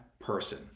person